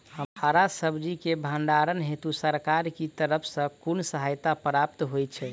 हरा सब्जी केँ भण्डारण हेतु सरकार की तरफ सँ कुन सहायता प्राप्त होइ छै?